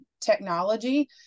technology